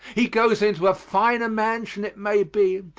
he goes into a finer mansion, it may be,